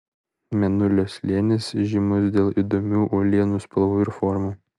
mėnulio slėnis žymus dėl įdomių uolienų spalvų ir formų